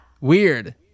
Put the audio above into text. Weird